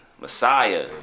Messiah